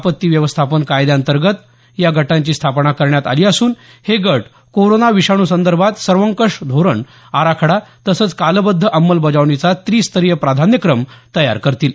आपत्ती व्यवस्थापन कायद्यातगंत या गटाची स्थापना करण्यात आली असून हे गट कोरोना विषाणूसंदर्भात सर्वंकष धोरण आराखडा तसंच कालबद्ध अंमलबजावणीचा त्रिस्तरीय प्राधान्यकम तयार करतील